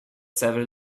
several